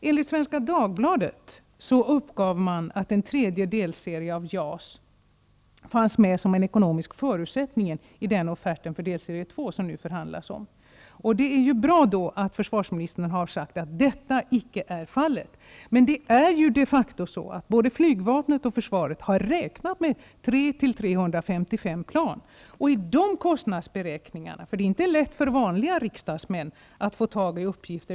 Enligt Svenska Dagbladet fanns en tredje delserie av JAS med som en ekonomisk förutsättning i den offert för delserie 2 som nu förhandlas om. Då är det bra att försvarsministern har sagt att detta icke är fallet. Men det är ju de facto så att både flygvapnet och försvaret har räknat med 300--355 Det är inte lätt för vanliga riksdagsmän att få tag i alla relevanta uppgifter.